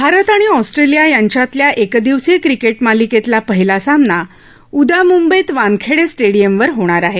भारत आणि ऑस्ट्रेलिया यांच्यातल्या एकदिवसीय क्रिकेट मालिकेतला पहिला सामना उद्या मुंबईत वानखेडे स्टेडिअमवर होणार आहे